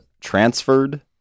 transferred